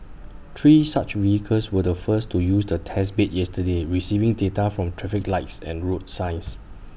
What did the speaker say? three such vehicles were the first to use the test bed yesterday receiving data from traffic lights and road signs